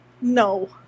No